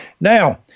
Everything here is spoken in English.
Now